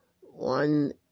one